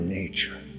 nature